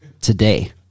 today